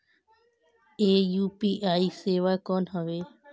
ये यू.पी.आई सेवा कौन हवे?